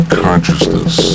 consciousness